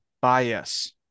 Bias